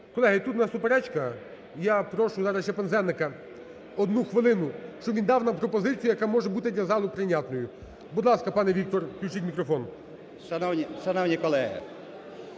Колеги, тут у нас суперечка, я прошу лише Пинзеника одну хвилину, щоб він дав нам пропозицію, яка може бути для залу прийнятною. Будь ласка, пану Віктору включіть мікрофон. 17:36:36